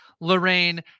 Lorraine